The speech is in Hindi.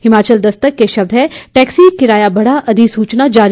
हिमाचल दस्तक के शब्द हैं टैक्सी किराया बढ़ा अधिसूचना जारी